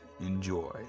enjoy